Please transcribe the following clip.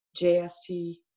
JST